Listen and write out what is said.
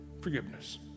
Forgiveness